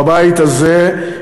בבית הזה,